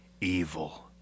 evil